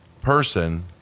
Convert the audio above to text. person